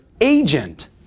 agent